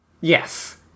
Yes